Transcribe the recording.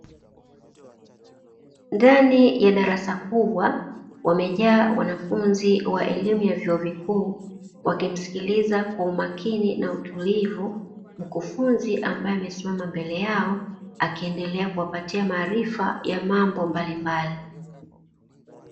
Ndani ya darasa kubwa wamejaa wanafunzi wa elimu ya vyuo vikuu wakimsikiliza kwa umakini na utulivu mkufunzi ambaye amesimama mbele yao, akiendelea kuwapatia maarifa ya mambo mbalimbali.